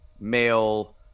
male